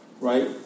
right